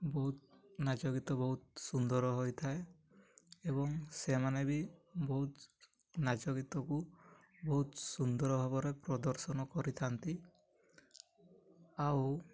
ବହୁତ ନାଚଗୀତ ବହୁତ ସୁନ୍ଦର ହୋଇଥାଏ ଏବଂ ସେମାନେ ବି ବହୁତ ନାଚ ଗୀତକୁ ବହୁତ ସୁନ୍ଦର ଭାବରେ ପ୍ରଦର୍ଶନ କରିଥାନ୍ତି ଆଉ